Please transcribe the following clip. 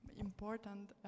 important